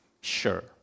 sure